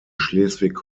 schleswig